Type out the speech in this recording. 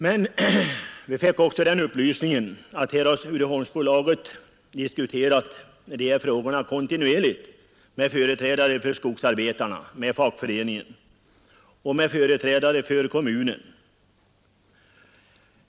Men vi fick oc diskuterat dessa frågor kontinuerligt med företrädare för skogsarbetarnas fackförening och med företrädare för kommunen.